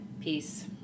Peace